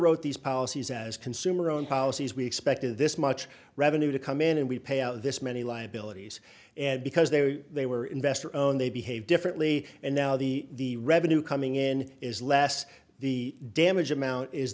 wrote these policies as consumer own policies we expected this much revenue to come in and we pay out this many liabilities because they were they were investor owned they behave differently and now the revenue coming in is less the damage amount is